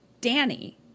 Danny